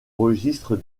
registre